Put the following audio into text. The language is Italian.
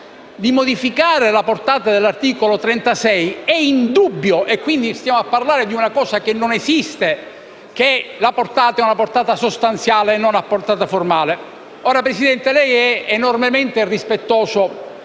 di modificare la portata dell'articolo 36, è indubbio (quindi stiamo parlando di una cosa che non esiste) che la portata sia sostanziale e non formale. Presidente, lei è enormemente rispettoso